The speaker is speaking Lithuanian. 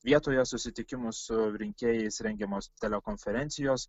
vietoje susitikimų su rinkėjais rengiamos telekonferencijos